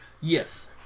Yes